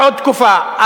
בעוד תקופה,